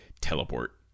teleport